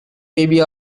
baby